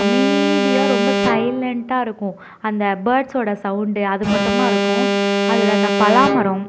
அமைதியாக ரொம்ப சைலன்ட்டாக இருக்கும் அந்த பேர்ட்ஸோடய சவுண்டு அது மட்டுந்தான் இருக்கும் அதில் இந்த பலாமரம்